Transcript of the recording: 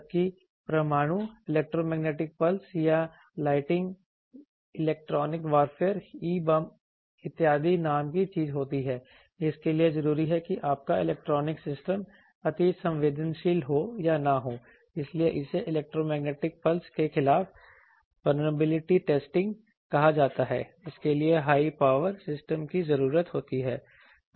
जबकि परमाणु electromagnetic pulse या lightning electronic warfare E bomb इत्यादि नाम की चीज होती है इसके लिए जरूरी है कि आपका इलेक्ट्रॉनिक सिस्टम अतिसंवेदनशील हो या न हो इसलिए इसे इलेक्ट्रोमैग्नेटिक पल्स के खिलाफ वल्नरेबिलिटी टेस्टिंग कहा जाता है जिसके लिए हाई पावर सिस्टम की जरूरत होती है